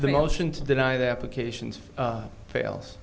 the motion to deny the applications fails